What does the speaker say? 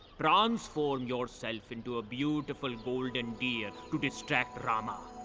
transform yourself into a beautful golden deer to distract rama.